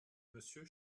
monsieur